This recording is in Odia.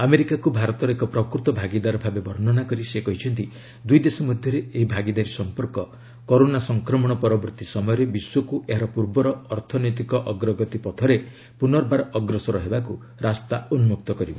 ଆମେରିକାକୁ ଭାରତର ଏକ ପ୍ରକୃତ ଭାଗିଦାର ଭାବେ ବର୍ଷ୍ଣନା କରି ସେ କହିଛନ୍ତି ଦୁଇଦେଶ ମଧ୍ୟରେ ଏହି ଭାଗିଦାରୀ ସଂପର୍କ କରୋନା ସଫକ୍ରମଣ ପରିବର୍ତ୍ତୀ ସମୟରେ ବିଶ୍ୱକୁ ଏହାର ପୂର୍ବର ଅର୍ଥନୈତିକ ଅଗ୍ରଗତି ପଥରେ ପୁନର୍ବାର ଅଗ୍ରସର ହେବାକୁ ରାସ୍ତା ଉନ୍ଦୁକ୍ତ କରିବ